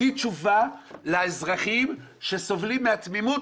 תני תשובה לאזרחים שסובלים מהתמימות